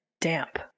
damp